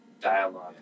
dialogue